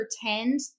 pretend